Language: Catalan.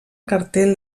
cartell